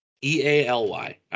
E-A-L-Y